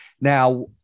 now